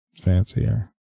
fancier